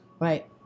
Right